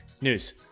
News